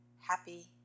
happy